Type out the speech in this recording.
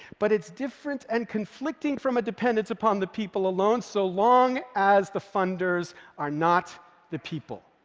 but it's different and conflicting from a dependence upon the people alone so long as the funders are not the people.